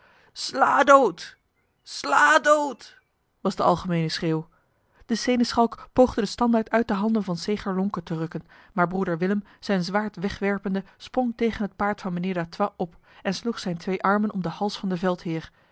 slaat dood slaat dood was de algemene schreeuw de seneschalk poogde de standaard uit de handen van segher lonke te rukken maar broeder willem zijn zwaard wegwerpende sprong tegen het paard van mijnheer d'artois op en sloeg zijn twee armen om de hals van de veldheer